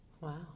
Wow